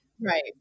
right